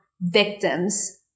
victims